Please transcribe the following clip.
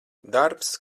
darbs